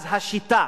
אז השיטה,